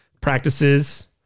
practices